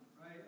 Right